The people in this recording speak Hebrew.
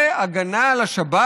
זה הגנה על השבת?